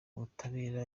ubutabera